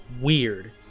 weird